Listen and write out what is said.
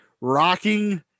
rocking